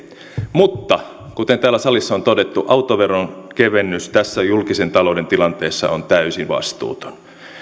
mutta kuten täällä salissa on todettu autoveron kevennys tässä julkisen talouden tilanteessa on täysin vastuuton